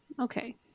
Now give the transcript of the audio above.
Okay